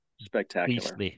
spectacular